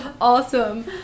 awesome